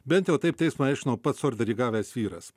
bent jau taip teismui aiškino pats orderį gavęs vyras